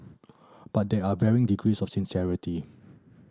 but there are varying degrees of sincerity